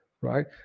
right